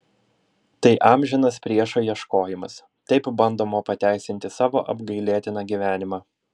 tai amžinas priešo ieškojimas taip bandoma pateisinti savo apgailėtiną gyvenimą